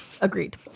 Agreed